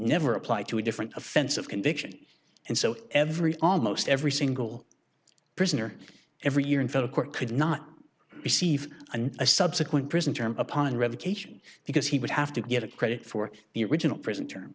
never apply to a different offense of conviction and so every almost every single prisoner every year in federal court could not receive a subsequent prison term upon revocation because he would have to get a credit for the original prison term